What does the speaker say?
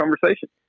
conversation